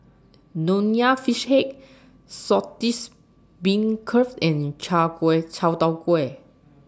Nonya Fish Head Saltish Beancurd and Chai Kuay Chai Tow Kuay